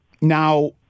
now